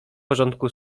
porządku